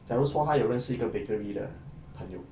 假如说她有认识一个 bakery 的朋友